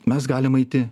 mes galim eiti